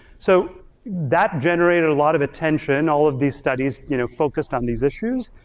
so that generated a lot of attention. all of these studies you know focused on these issues.